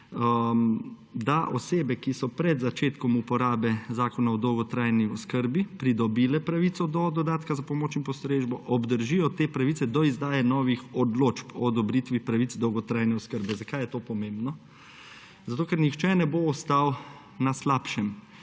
da osebe, ki so pred začetkom uporabe zakona o dolgotrajni oskrbi pridobile pravico do dodatka za pomoč in postrežbo, obdržijo te pravice do izdaje novih odločb o odobritvi pravic dolgotrajne oskrbe. Zakaj je to pomembno? Ker nihče ne bo ostal na slabšem.